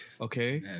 Okay